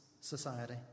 society